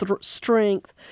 strength